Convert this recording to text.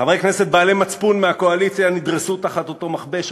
חברי כנסת בעלי מצפון מהקואליציה נדרסו תחת אותו מכבש.